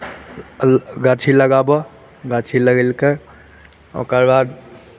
आब गाछी लगाबह गाछी लगेलकै ओकर बाद